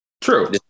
True